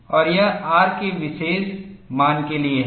और यह R के एक विशेष मान के लिए है